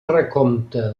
recompte